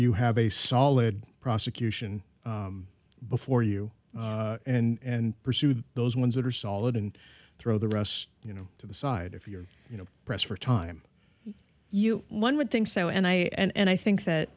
you have a solid prosecution before you and pursue those ones that are solid and throw the rest you know to the side if you're you know pressed for time you one would think so and i and i think that